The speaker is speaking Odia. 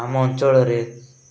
ଆମ ଅଞ୍ଚଳରେ